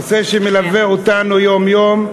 נושא שמלווה אותנו יום-יום,